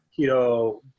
Keto